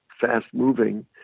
fast-moving